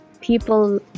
people